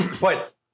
But-